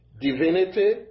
divinity